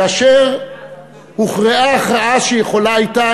כאשר הוכרעה הכרעה שיכולה הייתה,